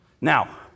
Now